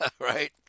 Right